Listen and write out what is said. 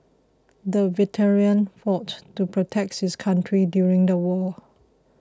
the veteran fought to protects his country during the war